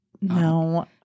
No